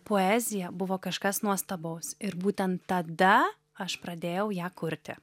poezija buvo kažkas nuostabaus ir būtent tada aš pradėjau ją kurti